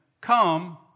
Come